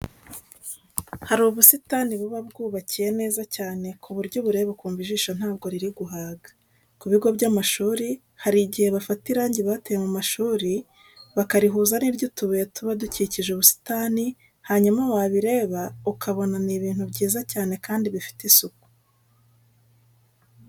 Hari ubusitani buba bwubakiye neza cyane ku buryo ubureba ukumva ijisho ntabwo riri guhaga. Ku bigo by'amashuri hari igihe bafata irangi bateye ku mashuri bakarihuza n'iry'utubuye tuba dukikije ubusitani hanyuma wabireba ukabona ni ibintu byiza cyane kandi bifite isuku.